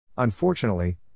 Unfortunately